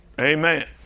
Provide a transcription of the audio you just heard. Amen